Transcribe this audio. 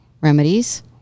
remedies